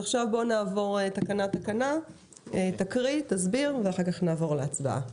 נעבור להקראת התקנות ולהצבעה.